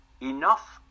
enough